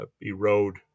erode